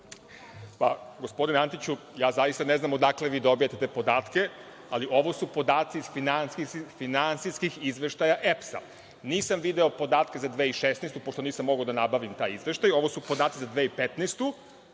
Gospodine Antiću, zaista ne znam odakle vi dobijate podatke, ali ovo su podaci iz finansijskih izveštaja EPS-a. Nisam video podatke za 2016. godinu, pošto nisam mogao da nabavim taj izveštaj. Ovo su podaci za 2015.